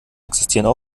existieren